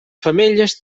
femelles